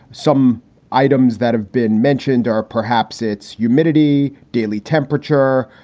some items that have been mentioned are perhaps it's humidity, daily temperature,